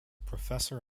professor